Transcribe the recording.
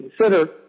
consider